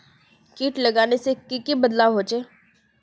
किट लगाले से की की बदलाव होचए?